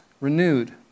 renewed